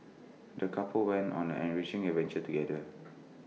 the couple went on an enriching adventure together